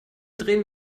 drehen